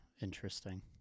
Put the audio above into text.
Interesting